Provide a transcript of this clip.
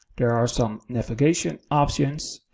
there are some navigation options,